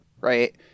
right